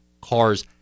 cars